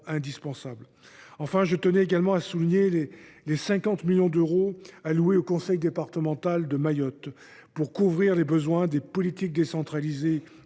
Enfin, je tenais à rappeler les 50 millions d’euros alloués au conseil départemental de Mayotte pour couvrir les besoins des politiques confiées